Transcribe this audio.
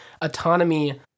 autonomy